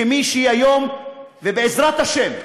כמי שהיא היום ובעזרת השם,